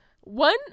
One